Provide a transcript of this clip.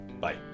Bye